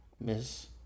Miss